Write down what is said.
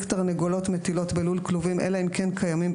תרנגולות מטילות בלול כלובים אלא אם כן קיימים,